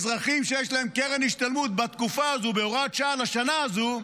לאזרחים שיש להם קרן השתלמות בתקופה הזו בהוראת שעה לשנה הזו,